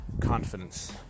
confidence